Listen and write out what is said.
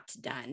done